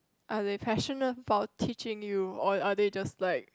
are they passionate about teaching you or are they just like